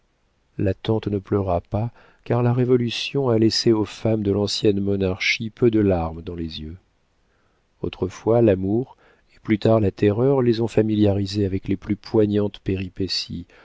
tante ne pleura pas car la révolution a laissé aux femmes de l'ancienne monarchie peu de larmes dans les yeux autrefois l'amour et plus tard la terreur les ont familiarisées avec les plus poignantes péripéties